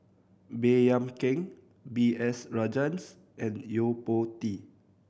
Baey Yam Keng B S Rajhans and Yo Po Tee